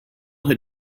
had